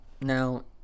now